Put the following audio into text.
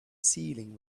ceiling